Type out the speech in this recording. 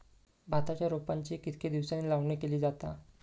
भाताच्या रोपांची कितके दिसांनी लावणी केली जाता?